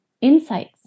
insights